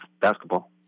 basketball